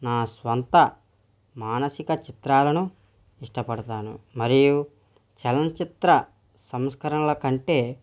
నా స్వంత మానసిక చిత్రాలను ఇష్టపడతాను మరియు చలనచిత్ర సంస్కరణల కంటే